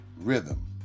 rhythm